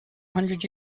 hundred